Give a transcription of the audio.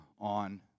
on